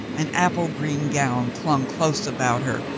an apple-green gown clung close about her,